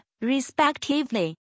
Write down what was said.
respectively